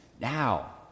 now